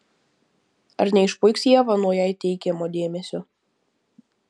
ar neišpuiks ieva nuo jai teikiamo dėmesio